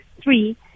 Three